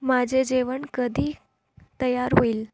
माझे जेवण कधी तयार होईल